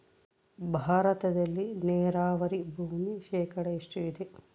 ಭಾರತದಲ್ಲಿ ನೇರಾವರಿ ಭೂಮಿ ಶೇಕಡ ಎಷ್ಟು ಇದೆ?